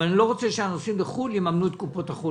אבל אני גם לא רוצה שהנוסעים לחו"ל יממנו את קופות החולים,